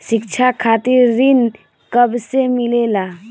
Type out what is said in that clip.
शिक्षा खातिर ऋण कब से मिलेला?